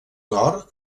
nord